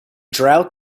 drought